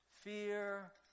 fear